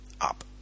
up